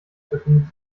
befindet